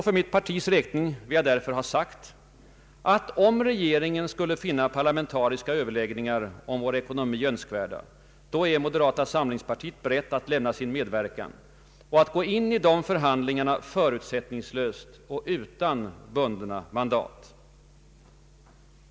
För mitt partis räkning vill jag därför ha sagt att om regeringen skulle finna parlamentariska överläggningar om vår ekonomi önskvärda, då är moderata samlingspartiet berett att lämna sin medverkan och att gå in i förhandlingarna förutsättningslöst och utan bundna mandat.